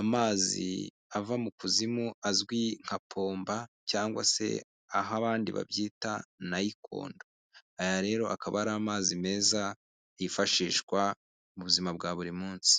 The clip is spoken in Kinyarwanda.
amazi ava mu kuzimu, azwi nka pomba cyangwa se aho abandi babyita nayikondo, aya rero akaba ari amazi meza yifashishwa mu buzima bwa buri munsi.